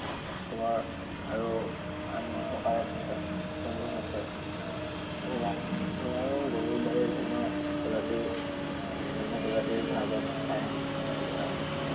অসমৰ আৰু আন প্ৰকাৰৰ জন্তু হৈছে ঘোঁৰা ঘোঁৰা আৰু গৰুৰৰ দৰে বিভিন্ন প্ৰজাতিৰ বিভিন্ন প্ৰজাতিৰ ঘাঁহ বন খায় তাৰপৰা